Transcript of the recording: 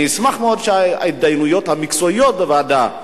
אני אשמח מאוד אם ההתדיינויות המקצועיות בוועדה,